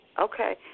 Okay